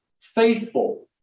faithful